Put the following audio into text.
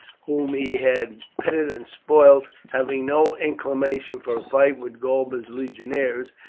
whom he had petted and spoilt, having no inclination for a fight with galba's legionaries,